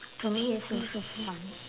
to me it's also fun